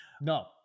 No